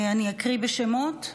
אני אקריא את השמות.